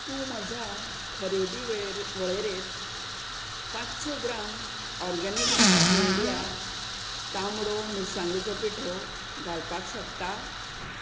तूं म्हज्या खरेदी वेळेरे वळेरेंत पांचशे ग्राम ऑरगॅनिक इंडिया तांबडो मिरसांगेचो पिठो घालपाक शकता